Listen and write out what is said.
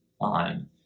on